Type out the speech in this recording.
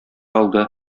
алды